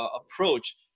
approach